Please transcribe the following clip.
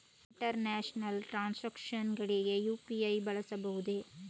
International transactions ಗಳಿಗೆ UPI ಬಳಸಬಹುದೇ?